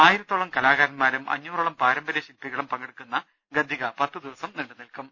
ആയിരത്തോളം കലാകാരൻമാരും അഞ്ഞൂറോളം പാരമ്പര്യ ശിൽപ്പികളും പങ്കെടുക്കുന്ന ഗദ്ദിക പത്ത് ദിവസം നീണ്ടു നിൽക്കും